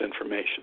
information